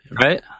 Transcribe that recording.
right